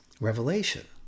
revelation